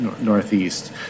Northeast